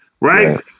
right